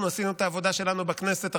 אנחנו עשינו את העבודה שלנו בכנסת.